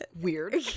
weird